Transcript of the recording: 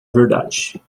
verdade